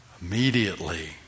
Immediately